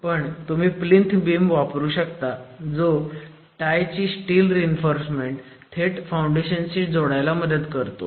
पण तुम्ही plinth beam वापरू शकता जो टाय ची स्टील रीइन्फोर्समेंट थेट फाउंडेशनशी जोडायला मदत करतो